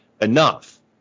enough